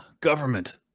government